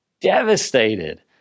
devastated